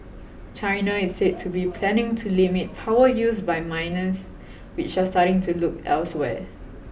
China is said to be planning to limit power use by miners which are starting to look elsewhere